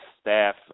staff